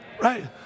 right